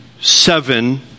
seven